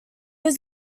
was